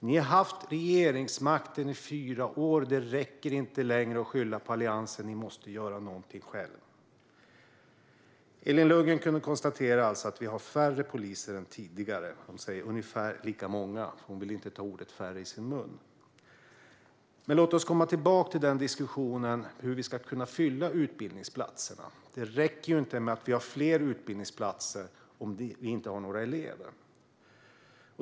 Ni har haft regeringsmakten i fyra år. Det räcker inte längre att skylla på Alliansen. Ni måste göra någonting själva. Elin Lundgren kunde alltså konstatera att vi har färre poliser än tidigare. Hon säger "ungefär lika många"; hon vill inte ta ordet färre i sin mun. Men låt oss komma tillbaka till diskussionen om hur vi ska fylla utbildningsplatserna. Det räcker ju inte att vi har fler utbildningsplatser om vi inte har fler elever.